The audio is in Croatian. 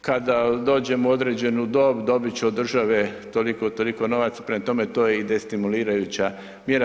kada dođem u određenu dob dobit ću od države toliko i toliko novaca, prema tome to je i destimulirajuća mjera.